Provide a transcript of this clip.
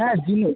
হ্যাঁ জিনিস